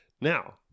Now